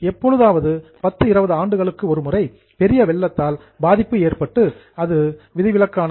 எப்பொழுதாவது 10 20 ஆண்டுகளுக்கு ஒரு முறை பெரிய வெள்ளத்தால் பாதிப்பு ஏற்பட்டால் அது விதிவிலக்கானது